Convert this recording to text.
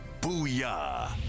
booyah